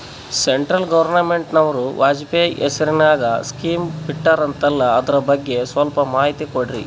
Central ಗವರ್ನಮೆಂಟನವರು ವಾಜಪೇಯಿ ಹೇಸಿರಿನಾಗ್ಯಾ scheme ಬಿಟ್ಟಾರಂತಲ್ಲ ಅದರ ಬಗ್ಗೆ ಸ್ವಲ್ಪ ಮಾಹಿತಿ ಕೊಡ್ರಿ?